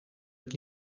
het